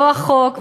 לא החוק,